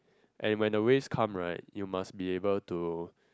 and when the waves come right you must be able to